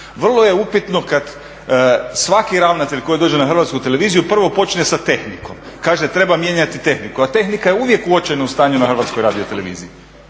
Vrlo je upitno kad svaki ravnatelj koji dođe na HRT prvo počne sa tehnikom, kaže treba mijenjati tehniku, a tehnika je uvijek u očajnom stanju na HRT-u. Zašto tehnika?